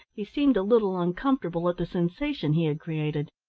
he seemed a little uncomfortable at the sensation he had created.